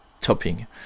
Topping